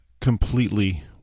completely